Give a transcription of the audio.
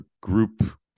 group